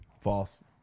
False